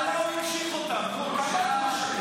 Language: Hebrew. הרחבת הזכות להסתלקות),